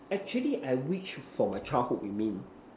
actually I wish from my childhood you mean